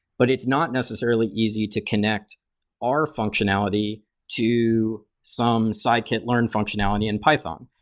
but it's not necessarily easy to connect r functionality to some sidekit learn functionality in python,